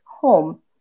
home